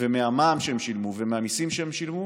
ומהמע"מ שהם שילמו ומהמיסים שהם שילמו